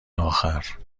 آخر